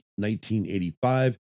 1985